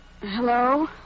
hello